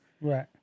Right